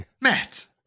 Matt